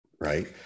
right